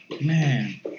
Man